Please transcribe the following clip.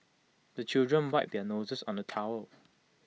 the children wipe their noses on the towel